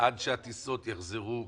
עד שהטיסות יחזרו במלואן,